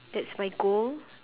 that's my goal